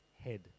head